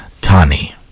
Tani